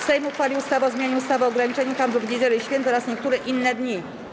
Sejm uchwalił ustawę o zmianie ustawy o ograniczeniu handlu w niedziele i święta oraz niektóre inne dni.